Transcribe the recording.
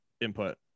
input